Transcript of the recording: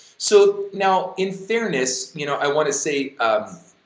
so now in fairness, you know, i want to say, um